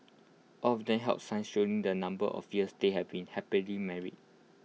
all of them held signs showing the number of years they had been happily married